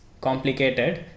complicated